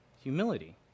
Humility